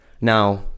Now